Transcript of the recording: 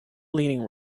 leading